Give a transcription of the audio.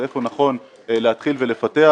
ואיפה נכון להתחיל לפתח.